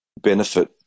benefit